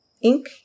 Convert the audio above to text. ink